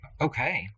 Okay